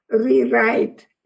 rewrite